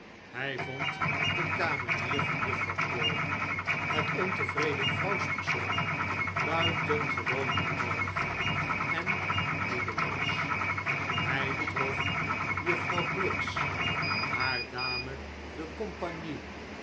hij vond de kamenier van juffrouw crawley het ontevreden vrouwspersoon buitengewoon knorrig en moedeloos hij trof juffrouw briggs haar dame de compagnie